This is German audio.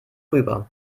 rüber